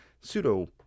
pseudo